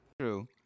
true